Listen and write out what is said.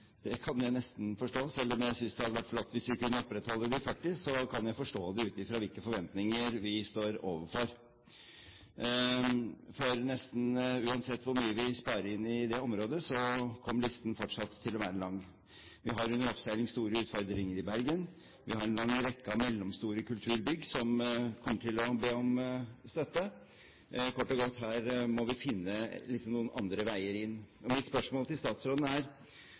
Det kan jeg nesten forstå. Selv om jeg synes det hadde vært flott hvis vi kunne opprettholdt de 40 pst., kan jeg forstå det ut fra hvilke forventninger vi står overfor. Nesten uansett hvor mye vi sparer inn på det området, kommer listen fortsatt til å være lang. Vi har store utfordringer under oppseiling i Bergen. Vi har en lang rekke mellomstore kulturbygg som kommer til å be om støtte. Kort og godt: Her må vi finne andre veier inn. Mitt spørsmål til statsråden er: